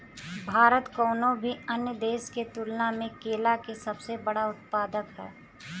भारत कउनों भी अन्य देश के तुलना में केला के सबसे बड़ उत्पादक ह